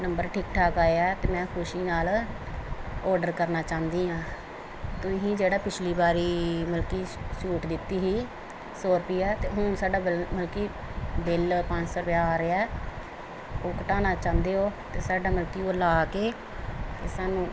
number ਠੀਕ ਠਾਕ ਆਏ ਆ ਅਤੇ ਮੈਂ ਖੁਸ਼ੀ ਨਾਲ ਔਡਰ ਕਰਨਾ ਚਾਹੁੰਦੀ ਹਾਂ ਤੁਸੀਂ ਜਿਹੜਾ ਪਿਛਲੀ ਵਾਰੀ ਮਲ ਕਿ ਛੂਟ ਦਿੱਤੀ ਸੀ ਸੌ ਰੁਪਇਆ ਅਤੇ ਹੁਣ ਸਾਡਾ ਬਿਲ ਮਲ ਕਿ ਬਿਲ ਪੰਜ ਸੌ ਰੁਪਇਆ ਆ ਰਿਹਾ ਉਹ ਘਟਾਉਣਾ ਚਾਹੁੰਦੇ ਹੋ ਤਾਂ ਸਾਡਾ ਮਲ ਕਿ ਉਹ ਲਾ ਕੇ ਅਤੇ ਸਾਨੂੰ